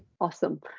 Awesome